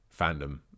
fandom